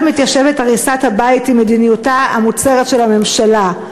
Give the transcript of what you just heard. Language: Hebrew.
מתיישבת הריסת הבית עם מדיניותה המוצהרת של הממשלה.